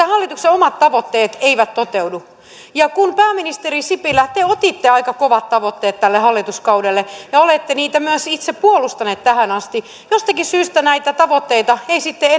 hallituksen omat tavoitteet eivät toteudu ja kun pääministeri sipilä te otitte aika kovat tavoitteet tälle hallituskaudelle ja olette niitä myös itse puolustaneet tähän asti niin jostakin syystä näitä tavoitteita ei